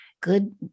good